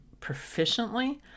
proficiently